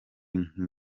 nko